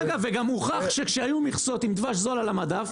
ואגב, גם הוכח שכשהיו מכסות עם דבש זול על המדף